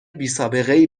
بیسابقهای